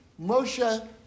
Moshe